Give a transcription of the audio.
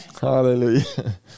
hallelujah